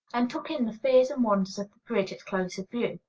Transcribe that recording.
and took in the fears and wonders of the bridge at closer view.